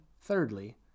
thirdly